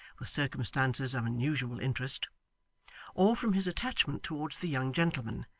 with circumstances of unusual interest or from his attachment towards the young gentleman,